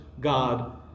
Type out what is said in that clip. god